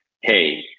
hey